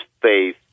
faith